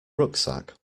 rucksack